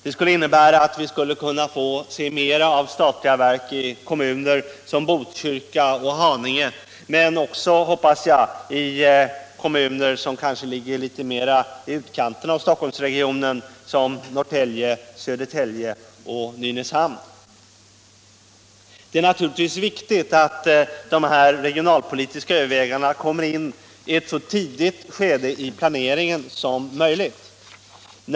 Det skulle innebära att vi skulle få se mer av statliga verk i kommuner som Botkyrka och Haninge men också, hoppas jag, i kommuner som ligger litet mera i utkanten av Stockholmsregionen, såsom Norrtälje, Sö Nr 44 dertälje och Nynäshamn. Måndagen den Det är naturligtvis viktigt att de regionala övervägandena kommer 13 december 1976 ini ett så tidigt skede av planeringen som möjligt.